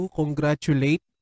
congratulate